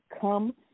come